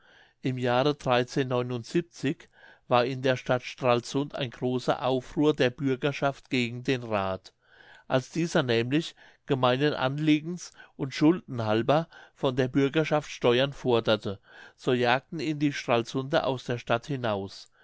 im jahre war in der stadt stralsund ein großer aufruhr der bürgerschaft gegen den rath als dieser nämlich gemeinen anliegens und schulden halber von der bürgerschaft steuern forderte so jagten ihn die stralsunder aus der stadt hinaus